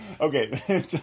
okay